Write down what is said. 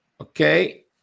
Okay